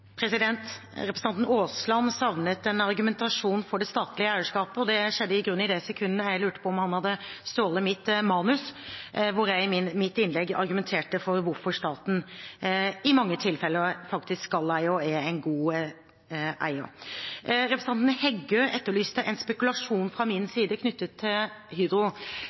Representanten Aasland savnet en argumentasjon for det statlige eierskapet, og det skjedde i grunnen i det sekundet jeg lurte på om han hadde stjålet mitt manus, da jeg i mitt innlegg argumenterte for hvorfor staten i mange tilfeller faktisk skal eie og er en god eier. Representanten Heggø etterlyste en spekulasjon fra min side knyttet til Hydro.